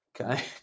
Okay